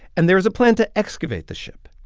and there's a plan to excavate the ship.